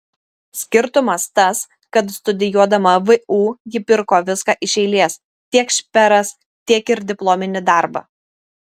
skirtumas tas kad studijuodama vu ji pirko viską iš eilės tiek šperas tiek ir diplominį darbą